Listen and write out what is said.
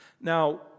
Now